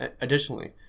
additionally